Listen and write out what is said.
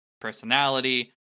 personality